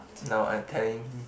no I'm telling